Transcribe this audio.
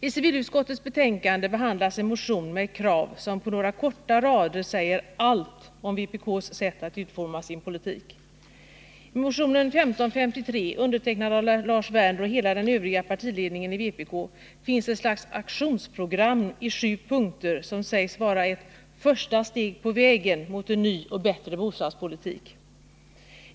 I civilutskottets betänkande behandlas en motion med ett krav som på några korta rader säger allt om vpk:s sätt att utforma sin politik. I motion 1553, undertecknad av Lars Werner och hela den övriga partiledningen i vpk, finns ett slags aktionsprogram i sju punkter som sägs vara ett ”första steg på vägen” mot en ny och bättre bostadspolitik.